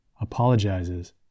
apologizes